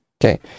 Okay